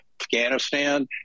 Afghanistan